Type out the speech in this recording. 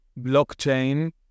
blockchain